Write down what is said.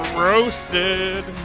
Roasted